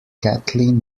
kathleen